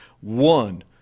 One